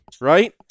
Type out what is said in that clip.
right